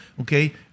okay